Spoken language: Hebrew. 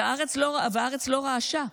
והארץ לא רעשה.